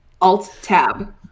Alt-tab